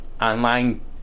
online